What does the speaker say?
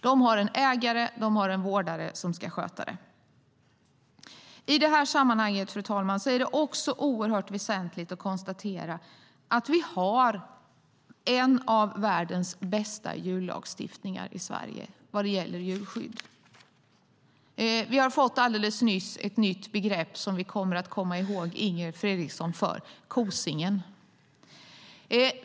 De har en ägare, en vårdare, som ska sköta dem. I detta sammanhang, fru talman, är det oerhört väsentligt att konstatera att vi har en av världens bästa djurlagstiftningar i Sverige vad gäller djurskydd. Vi har nyss fått ett nytt begrepp, som vi kommer att komma ihåg Inger Fredriksson för - kosingen.